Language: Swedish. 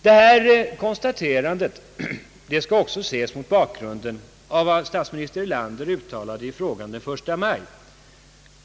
Detta konstaterande skall också ses mot bakgrunden av vad statsminister Erlander uttalade i frågan den 1 maj.